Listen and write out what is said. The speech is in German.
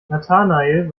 nathanael